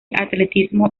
atletismo